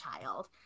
child